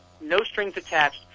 no-strings-attached